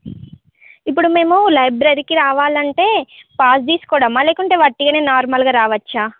ఇప్పుడు మేము లైబ్రరీ కి రావాలంటే పాస్ తీసుకోవడమా లేకుంటే వట్టిగానే నార్మల్ గా రావచ్చా